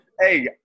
hey